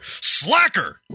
Slacker